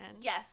yes